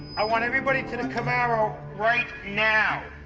i want everybody to the camaro right now.